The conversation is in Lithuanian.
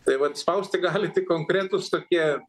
tai vat spausti gali tik konkretūs tokie